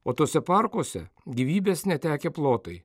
o tuose parkuose gyvybės netekę plotai